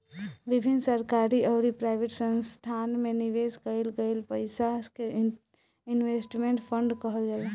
विभिन्न सरकारी अउरी प्राइवेट संस्थासन में निवेश कईल गईल पईसा के इन्वेस्टमेंट फंड कहल जाला